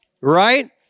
right